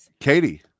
Katie